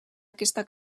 aquesta